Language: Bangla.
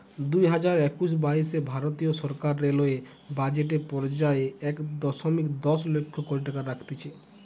দুইহাজার একুশ বাইশে ভারতীয় সরকার রেলওয়ে বাজেট এ পর্যায়ে এক দশমিক দশ লক্ষ কোটি টাকা রাখতিছে